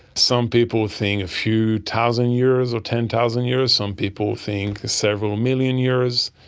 some people think a few thousand years or ten thousand years, some people think several million years.